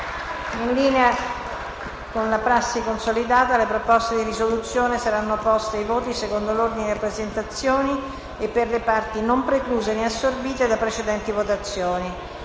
in linea con la prassi consolidata, le proposte di risoluzione saranno poste ai voti secondo l'ordine di presentazione e per le parti non precluse né assorbite da precedenti votazioni.